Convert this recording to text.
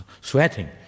sweating